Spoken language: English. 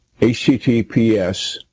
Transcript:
https